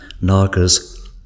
Nagas